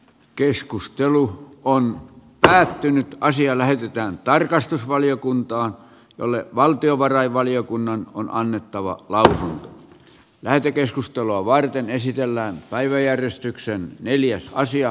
keskustelu on päättynyt ja asia lähetetään tarkastusvaliokuntaan jolle valtiovarainvaliokunnan on annettava larhan lähetekeskustelua varten esitellään lähde mukaan